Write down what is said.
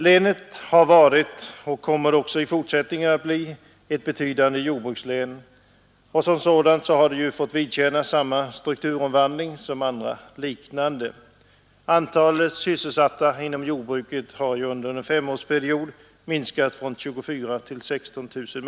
Länet har varit och kommer också i fortsättningen att bli ett betydande jordbrukslän, och som sådant har det fått vidkännas samma strukturomvandling som andra liknande län. Antalet sysselsatta inom jordbruket har under en femårsperiod minskat från 24 000 till 16 000.